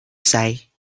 say